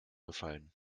gefallen